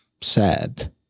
sad